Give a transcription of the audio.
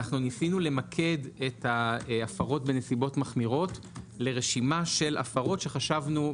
ניסינו למקד את ההפרות בנסיבות מחמירות לרשימה של הפרות שחשבנו,